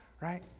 right